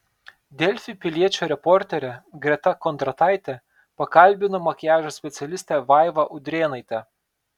delfi piliečio reporterė greta kondrataitė pakalbino makiažo specialistę vaivą udrėnaitę